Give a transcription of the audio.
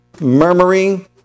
murmuring